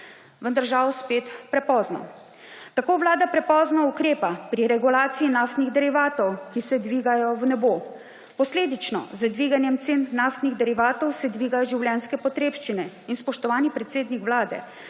žal spet prepozno. Tako vlada prepozno ukrepa pri regulaciji naftnih derivatov, ki se dvigajo v nebo. Posledično z dviganjem cen naftnih derivatov se dvigajo življenjske potrebščine. Spoštovani predsednik Vlade,